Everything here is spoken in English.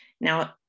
Now